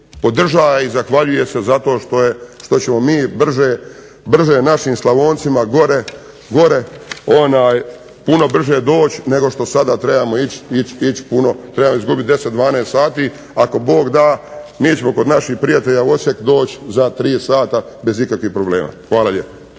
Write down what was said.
podražava i zahvaljuje se zato što ćemo mi brže našim Slavoncima gore puno brže doći nego što sada trebamo ići puno, trebamo izgubiti 10, 12 sati. Ako Bog da mi ćemo kod naših prijatelja u Osijek doći za 3 sata bez ikakvih problema. Hvala lijepa.